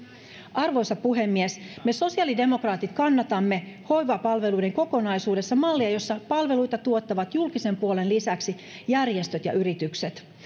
arvoisa puhemies me sosiaalidemokraatit kannatamme hoivapalveluiden kokonaisuudessa mallia jossa palveluita tuottavat julkisen puolen lisäksi järjestöt ja yritykset